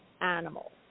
animals